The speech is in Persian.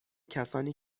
کسانی